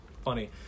funny